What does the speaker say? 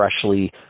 freshly